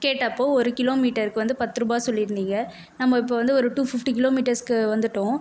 கேட்டப்போ ஒரு கிலோமீட்டருக்கு வந்து பத்து ரூபாய் சொல்லியிருந்தீங்க நம்ம இப்போ வந்து ஒரு டூ ஃபிஃப்ட்டி கிலோமீட்டர்ஸ்க்கு வந்துவிட்டோம்